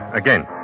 again